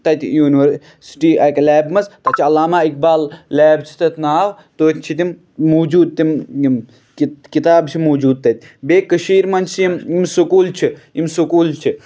تَتہِ یُنورسٹی اکہِ لیب منٛز تَتھ چھِ عالاما اِقبال لیب چھِ تَتھ ناو تٔتۍ چھِ تِم موٗجوٗد تِم یِم کِتابہٕ چھِ موٗجوٗد تَتہِ بیٚیہِ کٔشیٖر منٛز چہِ یِم یِم سکوٗل چھِ یِم سکوٗل چھِ